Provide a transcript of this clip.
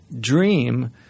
dream